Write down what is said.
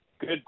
good